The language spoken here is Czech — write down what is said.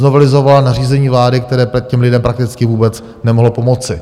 Znovelizovala nařízení vlády, které těm lidem prakticky vůbec nemohlo pomoci.